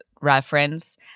reference